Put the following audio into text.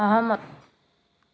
সহমত